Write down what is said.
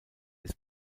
ist